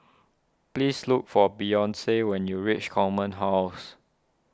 please look for Beyonce when you reach Command House